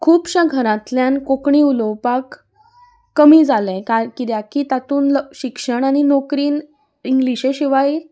खुबश्या घरांतल्यान कोंकणी उलोवपाक कमी जालें काय कित्याक की तातूंत शिक्षण आनी नोकरीन इंग्लिशे शिवाय